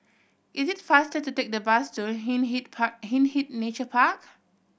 it is faster to take the bus to Hindhede Park Hindhede Nature Park